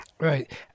Right